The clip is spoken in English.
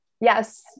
yes